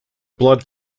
blood